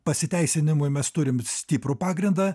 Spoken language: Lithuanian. pasiteisinimui mes turim stiprų pagrindą